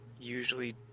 usually